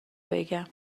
بگم